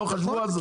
לא חשבו על זה.